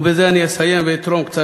ובזה אני אסיים ואתרום קצת,